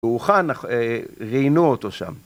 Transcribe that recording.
הוא הוכן, אך ראיינו אותו שם.